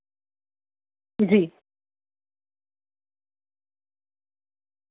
जी